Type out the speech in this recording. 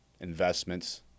investments